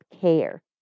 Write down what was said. care